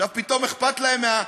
עכשיו פתאום אכפת להם מהעם.